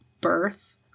birth